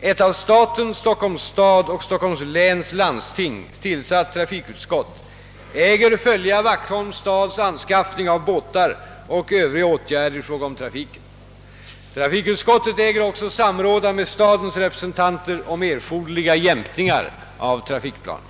Ett av staten, Stockholms stad och Stockholms läns landsting tillsatt trafikutskott äger följa Vaxholms stads anskaffning av båtar och övriga åtgärder i fråga om trafiken. Trafikutskottet äger också samråda med stadens representanter om erforderliga jämkningar av trafikplanen.